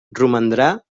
romandrà